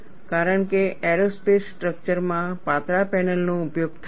કારણ કે એરોસ્પેસ સ્ટ્રક્ચરમાં પાતળા પેનલનો ઉપયોગ થાય છે